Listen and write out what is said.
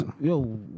Yo